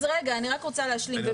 אז רגע, אני רק רוצה להשלים.